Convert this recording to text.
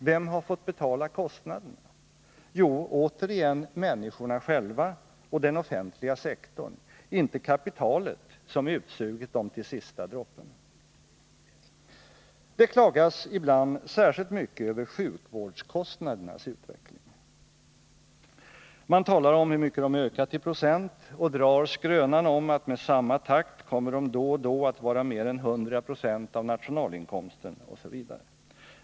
Vem har fått betala kostnaderna? Jo, återigen människorna själva och den offentliga sektorn, inte kapitalet som utsugit dem till sista droppen. Det klagas ibland särskilt mycket över sjukvårdskostnadernas utveckling. Man talar om hur mycket de ökat i procent och drar skrönan om att med samma takt kommer de då och då att vara mer än 100 96 av nationalinkomsten osv.